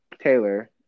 Taylor